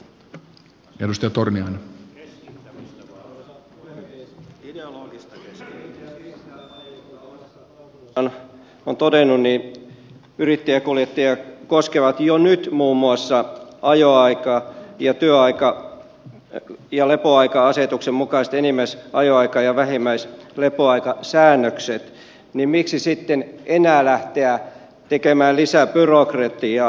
kuten liikenne ja viestintävaliokunta omassa lausunnossaan on todennut yrittäjäkuljettajia koskevat jo nyt muun muassa ajoaika ja työaika ja lepoaika asetuksen mukaiset enimmäisajoaika ja vähimmäislepoaikasäännökset niin miksi sitten enää lähteä tekemään lisää byrokratiaa